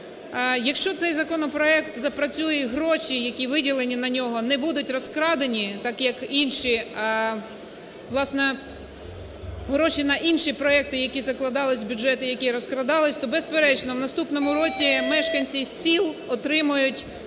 Якщо цей законопроект запрацює і гроші, які виділені на нього, не будуть розкрадені, так, як інші, власне, гроші на інші проекти, які закладались в бюджет і які розкрадались, то, безперечно, в наступному році мешканці сіл отримають